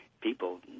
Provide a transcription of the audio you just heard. people